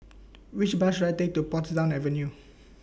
Which Bus should I Take to Portsdown Avenue